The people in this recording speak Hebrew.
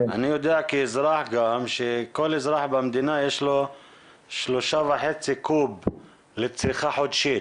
אני יודע כאזרח שכל אזרח במדינה יש לו 3.5 קוב לצריכה חודשית.